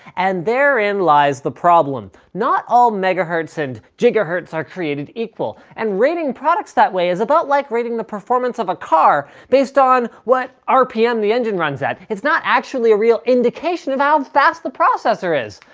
and therein lies the problem. not all megahertz and gigahertz are created equal and rating products that way is about like rating the performance of a car based on what rpm the engine runs at. it's not actually a real indication of how fast the processor is!